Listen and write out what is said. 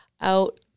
out